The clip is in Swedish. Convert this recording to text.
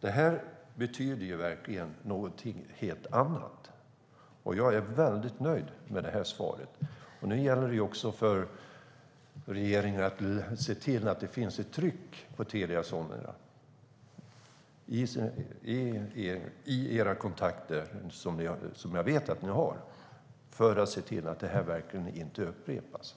Detta betyder någonting helt annat. Jag är väldigt nöjd med svaret. Nu gäller det för regeringen att se till att det finns ett tryck på Telia Sonera i era kontakter som jag vet att ni har för att se till att detta inte upprepas.